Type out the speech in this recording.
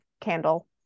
candle